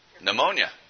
Pneumonia